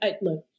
look